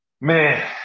man